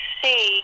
see